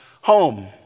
home